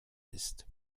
ist